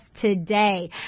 today